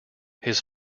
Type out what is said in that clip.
his